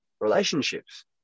relationships